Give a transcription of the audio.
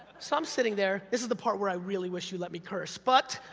so i'm sitting there, this is the part where i really wish you let me curse, but,